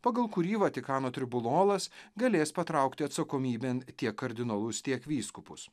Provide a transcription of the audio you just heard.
pagal kurį vatikano tribunolas galės patraukti atsakomybėn tiek kardinolus tiek vyskupus